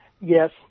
Yes